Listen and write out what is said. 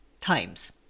times